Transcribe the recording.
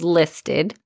listed